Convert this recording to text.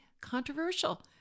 controversial